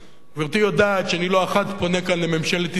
שגברתי יודעת שאני לא אחת פונה כאן לממשלת ישראל,